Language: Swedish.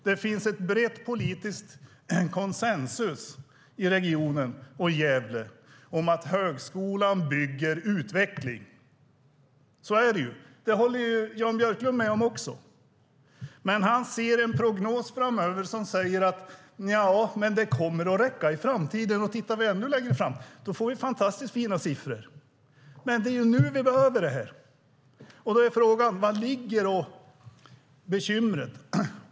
Det finns en bred politisk konsensus i regionen och Gävle om att högskolan bygger utveckling. Så är det. Det håller Jan Björklund med om. Men han ser en prognos framöver som säger att det kommer att räcka i framtiden. Och tittar vi ännu längre fram får vi fantastiskt fina siffror. Men det är nu vi behöver det här. Frågan är: Var ligger bekymret?